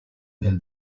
del